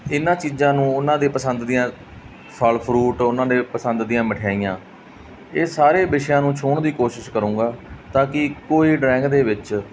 ਇਹਨਾਂ ਚੀਜ਼ਾਂ ਨੂੰ ਉਹਨਾਂ ਦੇ ਪਸੰਦ ਦੀਆਂ ਫਲ ਫਰੂਟ ਉਹਨਾਂ ਦੇ ਪਸੰਦ ਦੀਆਂ ਮਿਠਿਆਈਆਂ ਇਹ ਸਾਰੇ ਵਿਸ਼ਿਆਂ ਨੂੰ ਛੂਹਣ ਦੀ ਕੋਸ਼ਿਸ਼ ਕਰੂੰਗਾ ਤਾਂ ਕਿ ਇੱਕੋ ਹੀ ਡਰਾਇੰਗ ਦੇ ਵਿੱਚ